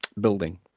building